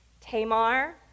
Tamar